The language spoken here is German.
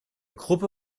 gruppe